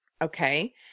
Okay